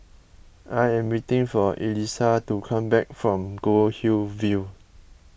I am waiting for Elisa to come back from Goldhill View